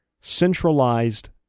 centralized